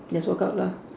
just walk out lah